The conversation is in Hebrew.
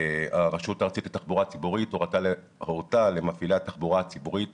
הארצית לתחבורה הציבורית הורתה למפעילי התחבורה הציבורית